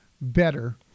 better